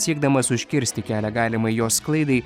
siekdamas užkirsti kelią galimai jo sklaidai